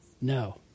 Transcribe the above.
No